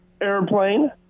airplane